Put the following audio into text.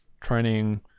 training